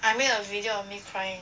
I made a video of me crying